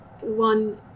one